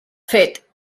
fet